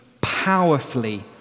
powerfully